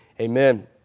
Amen